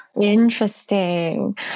Interesting